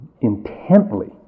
intently